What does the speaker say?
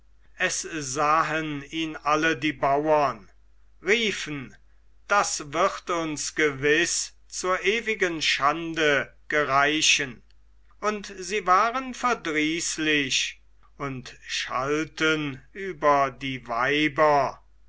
es sahen ihn alle die bauern riefen das wird uns gewiß zur ewigen schande gereichen und sie waren verdrießlich und schalten über die weiber